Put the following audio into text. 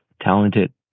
talented